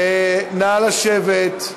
נא לשבת.